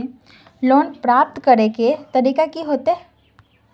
Loan प्राप्त करे के तरीका की होते?